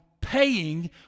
paying